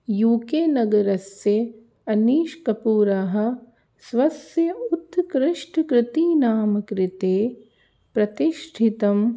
you K नगरस्य अनीशकपूरः स्वस्य उत्कृष्टकृतीनां कृते प्रतिष्ठितं